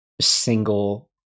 single